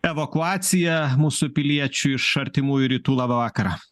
evakuaciją mūsų piliečių iš artimųjų rytų labą vakarą